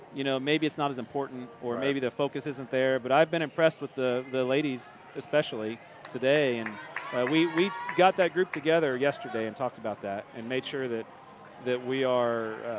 you know, maybe it's not as important or maybe the focus isn't there. but i've been impressed with the the ladies especially today. and we we got that group together yesterday and talked about that and made sure that that we are,